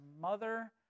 mother